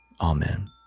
Amen